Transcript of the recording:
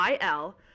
il